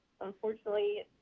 Unfortunately